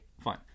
fine